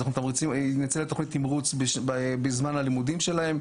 נצא לתוכנית תמרוץ בזמן הלימודים שלהם,